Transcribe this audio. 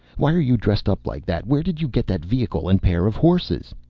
why are you dressed up like that? where did you get that vehicle and pair of horses?